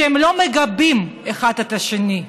הם לא מגבים אחד את השני: